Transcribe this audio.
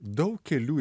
daug kelių